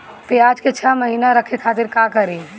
प्याज के छह महीना रखे खातिर का करी?